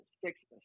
sixth